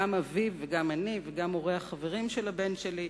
גם אביו וגם אני וגם הורי החברים של הבן שלי,